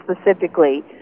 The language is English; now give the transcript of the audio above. specifically